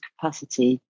capacity